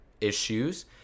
issues